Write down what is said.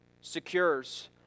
secures